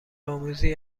آموزی